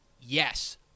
Yes